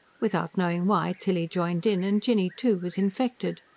without knowing why, tilly joined in, and jinny, too, was infected.